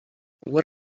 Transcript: what